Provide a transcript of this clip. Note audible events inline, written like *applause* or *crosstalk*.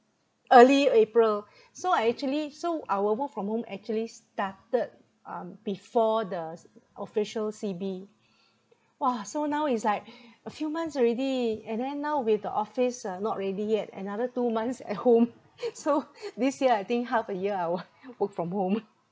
early april so I actually so our work from home actually started um before the s~ official C_B !wah! so now is like *breath* a few months already and then now with the office uh not ready yet another two months at home *laughs* so *laughs* this year I think half a year I wo~ *laughs* work from home *laughs*